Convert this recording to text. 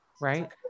right